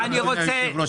אדוני היושב ראש,